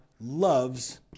loves